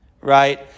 right